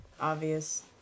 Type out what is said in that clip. obvious